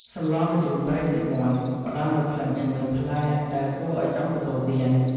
សម្លម្ជូរព្រៃសាច់មាន់ ផ្តល់នូវក្លិនឈ្ងុយប្លែកដែលគួរឱ្យចង់ទទួលទាន។